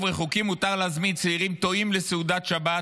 רחוקים מותר להזמין צעירים טועים לסעודת שבת